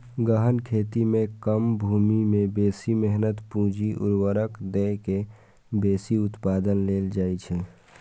गहन खेती मे कम भूमि मे बेसी मेहनत, पूंजी, उर्वरक दए के बेसी उत्पादन लेल जाइ छै